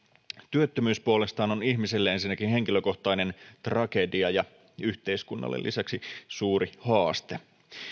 työttömyys puolestaan on ihmiselle ensinnäkin henkilökohtainen tragedia ja yhteiskunnalle lisäksi suuri haaste